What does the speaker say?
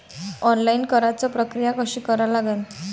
Online कराच प्रक्रिया कशी करा लागन?